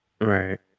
Right